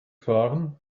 fahren